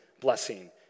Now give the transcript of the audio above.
blessing